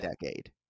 decade